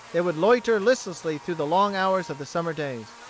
they would loiter listlessly through the long hours of the summer days.